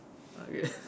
okay